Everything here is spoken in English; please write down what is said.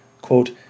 quote